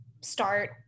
start